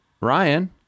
Ryan